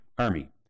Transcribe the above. Army